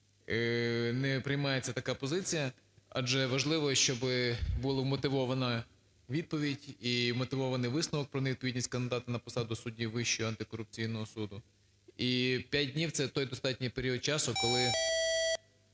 не приймається така позиція, адже важливо, щоби було вмотивована відповідь і мотивований висновок про невідповідність кандидата на посаду судді Вищого антикорупційного суду. І 5 днів – це той достатній період часу, коли